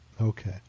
Okay